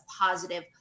positive